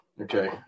Okay